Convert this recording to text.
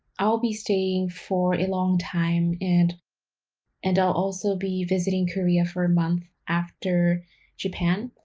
i'll be staying for a long time and and i'll also be visiting korea for a month after japan.